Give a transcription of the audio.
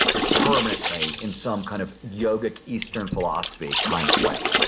permanently in some kind of yogic eastern philosophy kind of way.